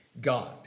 God